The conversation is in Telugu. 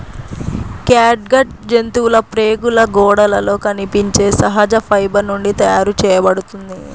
క్యాట్గట్ జంతువుల ప్రేగుల గోడలలో కనిపించే సహజ ఫైబర్ నుండి తయారు చేయబడుతుంది